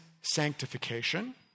sanctification